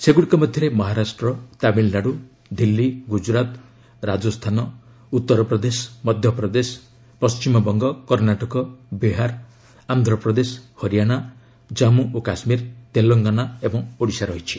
ସେଗୁଡ଼ିକ ମଧ୍ୟରେ ମହାରାଷ୍ଟ୍ର ତାମିଲନାଡୁ ଦିଲ୍ଲୀ ଗୁଜରାତ ରାଜସ୍ଥାନ ଉତ୍ତରପ୍ରଦେଶ ମଧ୍ୟପ୍ରଦେଶ ପଶ୍ଚିମବଙ୍ଗ କର୍ଣ୍ଣାଟକ ବିହାର ଆନ୍ଧ୍ରପ୍ରଦେଶ ହରିଆଣା ଜାମ୍ଗୁ ଓ କାଶ୍ମୀର ତେଲଙ୍ଗାନା ଏବଂ ଓଡ଼ିଶା ରହିଛି